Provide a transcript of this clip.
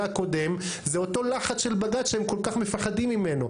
הקודם זה אותו לחץ של בג"ץ שהם כל כך מפחדים ממנו,